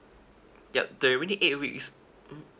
yup they're only eight weeks mm